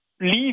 leave